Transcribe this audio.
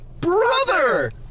Brother